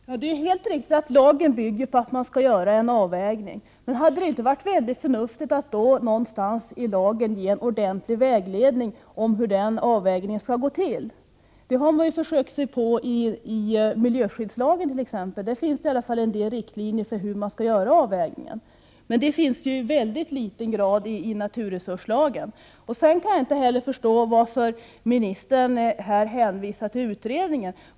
Herr talman! Ja, det är ju helt riktigt att lagen bygger på att man skall göra en avvägning. Men då hade det väl varit mycket förnuftigt att någonstans i lagen ge en ordentlig vägledning om hur den avvägningen skall gå till. Det har man t.ex. försökt sig på i miljöskyddslagen. Där finns det i alla fall en del riktlinjer för hur man skall göra avvägningen. Det finns i mycket liten grad i naturresurslagen. Jag kan inte heller förstå varför ministern här hänvisar till utredningen.